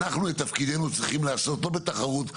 אנחנו את תפקידנו צריכים לעשות לא בתחרות.